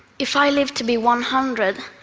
if i live to be one hundred,